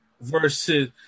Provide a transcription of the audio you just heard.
versus